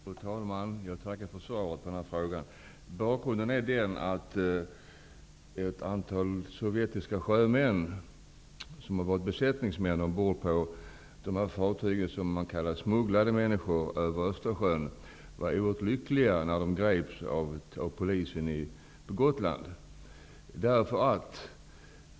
Fru talman! Jag tackar för svaret på frågan. Bakgrunden är att de ryska sjömän som var besättningsmän på det fartyg som smugglade människor över Östersjön var oerhört lyckliga när de greps av polisen på Gotland.